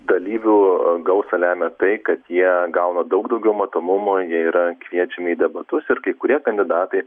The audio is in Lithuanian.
dalyvių gausą lemia tai kad jie gauna daug daugiau matomumo jie yra kviečiami į debatus ir kai kurie kandidatai